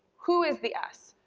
who is the us?